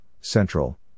Central